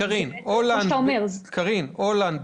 הולנד,